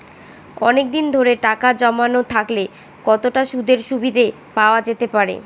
অনেকদিন ধরে টাকা জমানো থাকলে কতটা সুদের সুবিধে পাওয়া যেতে পারে?